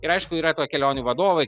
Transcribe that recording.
ir aišku yra to kelionių vadovai